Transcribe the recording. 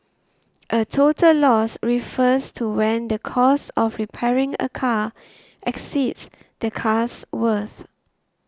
a total loss refers to when the cost of repairing a car exceeds the car's worth